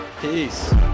Peace